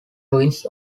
ruins